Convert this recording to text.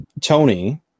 Tony